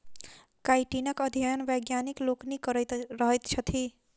काइटीनक अध्ययन वैज्ञानिक लोकनि करैत रहैत छथि